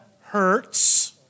hurts